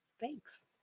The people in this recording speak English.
Thanks